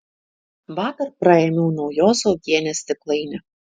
vakar praėmiau naujos uogienės stiklainį